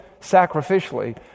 sacrificially